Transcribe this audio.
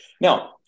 Now